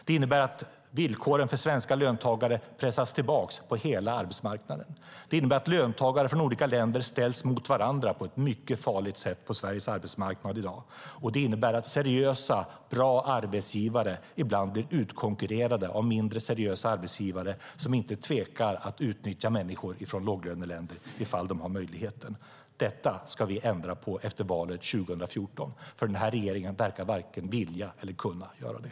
Det innebär att villkoren för svenska löntagare pressas tillbaka på hela arbetsmarknaden. Det innebär att löntagare från olika länder ställs mot varandra på ett mycket farligt sätt på Sveriges arbetsmarknad, och det innebär att seriösa bra arbetsgivare ibland blir utkonkurrerade av mindre seriösa arbetsgivare som inte tvekar att utnyttja människor från låglöneländer om de har möjlighet. Detta ska vi ändra på efter valet 2014. Den här regeringen verkar inte vare sig vilja eller kunna det.